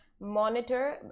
monitor